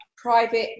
private